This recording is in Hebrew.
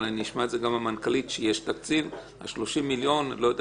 אבל אני אשמע את זה גם מהמנכ"לית שיש תקציב של 30 מיליון או לא יודע